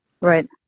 right